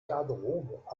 garderobe